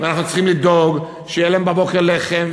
ואנחנו צריכים לדאוג שיהיה להם בבוקר לחם,